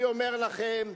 אני אומר לכם,